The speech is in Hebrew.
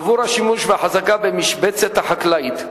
עבור השימוש והחזקה במשבצת החקלאית.